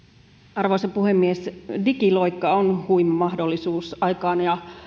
arvoisa puhemies digiloikka on huima mahdollisuus aikaan ja